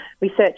research